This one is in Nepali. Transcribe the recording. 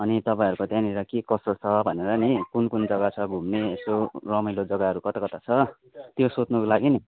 अनि तपाईँहरूको त्यहाँनिर के कसो छ भनेर नि कुन कुन जग्गा छ घुम्ने यसो रमाइलो जग्गाहरू कता कता छ त्यो सोध्नुको लागि नि